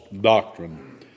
doctrine